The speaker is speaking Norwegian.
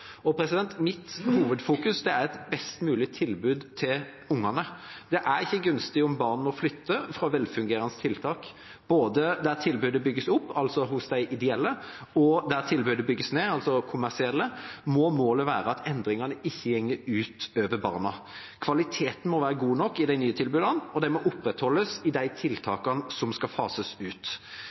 Mitt hovedfokus er et best mulig tilbud til ungene. Det er ikke gunstig om barn må flytte fra velfungerende tiltak. Både der tilbudet bygges opp, altså hos de ideelle, og der tilbudet bygges ned, altså hos de kommersielle, må målet være at endringene ikke går ut over barna. Kvaliteten må være god nok i de nye tilbudene, og den må opprettholdes i de tiltakene som skal fases ut.